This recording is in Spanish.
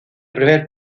primer